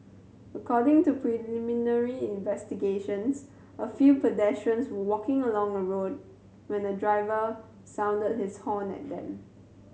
according to preliminary investigations a few pedestrians were walking along a road when a driver sounded his horn at them